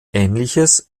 ähnliches